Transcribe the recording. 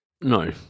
no